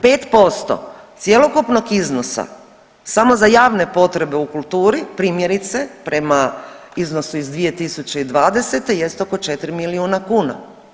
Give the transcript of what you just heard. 5% cjelokupnog iznosa samo za javne potrebe u kulturi, primjerice prema iznosu iz 2020. jest oko 4 milijuna kuna.